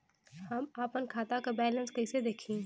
हम आपन खाता क बैलेंस कईसे देखी?